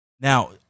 Now